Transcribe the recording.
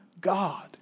God